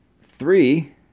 Three